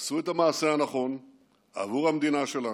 עשו את המעשה הנכון עבור המדינה שלנו,